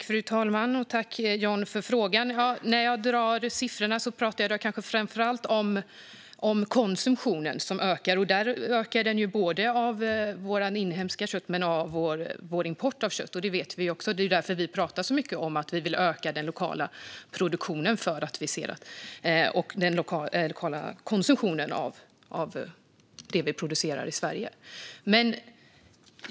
Fru talman! Tack, John, för frågan! När jag drog mina siffror talade jag kanske framför allt om konsumtionen, som ökar. Vi vet att ökningen gäller både inhemskt och importerat kött. Därför talar vi i Vänsterpartiet mycket om att vi vill öka den lokala produktionen liksom den lokala konsumtionen av det som produceras i Sverige.